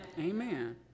amen